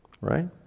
right